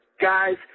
guys